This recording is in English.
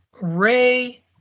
Ray